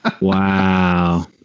Wow